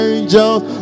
Angels